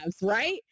Right